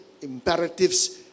imperatives